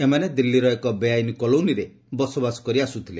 ଏମାନେ ଦିଲ୍ଲୀର ଏକ ବେଆଇନ୍ କଲୋନୀରେ ବସବାସ କରି ଆସୁଥିଲେ